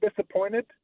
disappointed